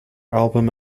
album